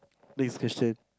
next question